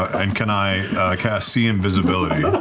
and can i cast see invisibility.